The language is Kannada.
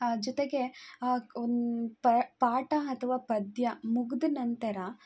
ಜೊತೆಗೆ ಪಾ ಪಾಠ ಅಥವಾ ಪದ್ಯ ಮುಗಿದ ನಂತರ